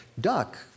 duck